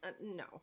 No